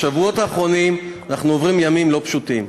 בשבועות האחרונים אנחנו עוברים ימים לא פשוטים.